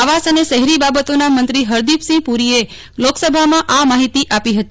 આવાસ અને શહેરી બાબતોના મંત્રી હરદિ પસિંહ પૂરીએ લોકસભઆમાં આ માહિતી આપી હતી